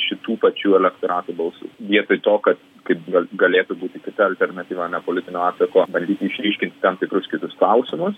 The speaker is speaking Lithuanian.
šitų pačių elektorato balsų vietoj to kad kaip gal galėtų būti kita alternatyva nepolitinio atsako bandyti išryškinti tam tikrus kitus klausimus